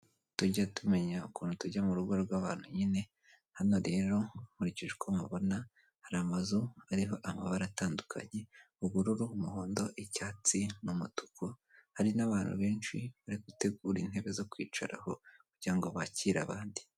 Tujye tumenya ukuntu tujya mu rugo rw'abantu nyine, hano rero nkurikije uko mpabona hari amazu hariho amabara atandukanye, ubururu, umuhondo, icyatsi n'umutuku, hari n'abantu benshi bari gutegura intebe zo kwicaraho kugira ngo bakire abandi.